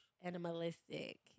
Animalistic